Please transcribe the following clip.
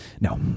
No